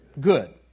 Good